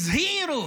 הזהירו